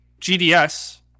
GDS